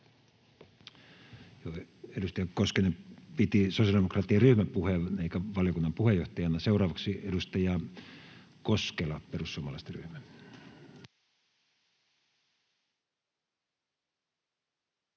edustaja Koskela, perussuomalaisten ryhmä.